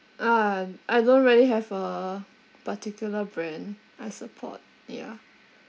ah I don't really have a particular brand I support yeah